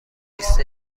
لیست